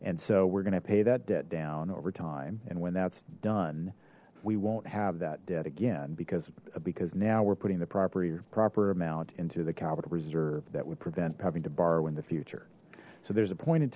and so we're gonna pay that debt down over time and when that's done we won't have that debt again because because now we're putting the proper proper amount into the capital reserve that would prevent having to borrow in the future so there's a point